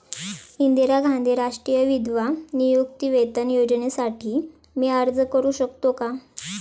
इंदिरा गांधी राष्ट्रीय विधवा निवृत्तीवेतन योजनेसाठी मी अर्ज करू शकतो?